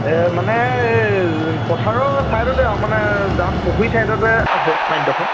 এই মানে এই পথাৰৰ ছাইডতে আৰু মানে জান পুখুৰী ছাইডতে আছে মাটিডোখৰ